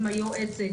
היועצת,